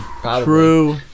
True